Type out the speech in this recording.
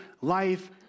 life